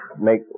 make